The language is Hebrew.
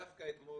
דווקא אתמול